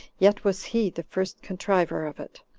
yet was he the first contriver of it,